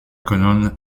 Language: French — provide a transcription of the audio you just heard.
colonne